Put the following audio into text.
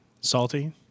Salty